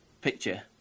picture